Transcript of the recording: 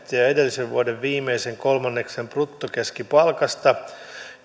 edellisen vuoden viimeisen kolmanneksen bruttokeskipalkasta